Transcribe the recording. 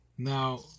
Now